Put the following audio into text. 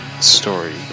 story